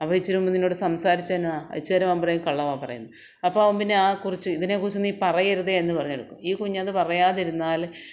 അപ്പോൾ ഇച്ചിരി മുമ്പ് നിന്നോട് സംസാരിച്ചത് എന്നാ ഇച്ചിരി അവൻ പറയും കള്ളവാണ് പറയുന്നത് അപ്പോൾ അവൻ പിന്നെ ആ കുറിച്ച് ഇതിനെ കുറിച്ച് നീ പറയരുത് എന്ന് പറഞ്ഞു കൊടുക്കും ഈ കുഞ്ഞ് അത് പറയാതെ ഇരുന്നാൽ